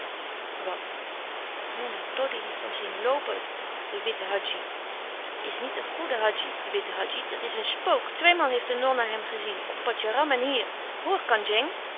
wat nonna doddy heeft hem zien loopen den witten hadji dat is niet een goede hadji de witte hadji dat is een spook tweemaal heeft de nonna hem gezien op patjaram en hier